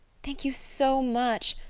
thank you so much.